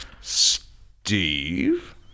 Steve